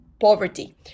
poverty